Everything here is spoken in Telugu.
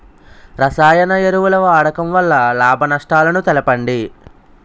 రసాయన ఎరువుల వాడకం వల్ల లాభ నష్టాలను తెలపండి?